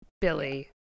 Billy